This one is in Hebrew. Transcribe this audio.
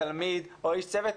תלמיד או איש צוות,